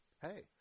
hey